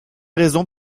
raisons